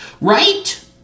Right